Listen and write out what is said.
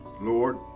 Lord